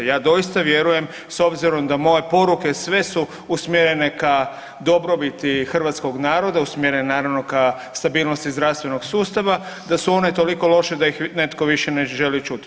Ja doista vjerujem s obzirom da moje poruke sve su usmjerene ka dobrobiti hrvatskog naroda, usmjerene naravno ka stabilnosti zdravstvenog sustava da su one toliko loše da ih netko više ne želi čuti.